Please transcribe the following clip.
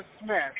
Smith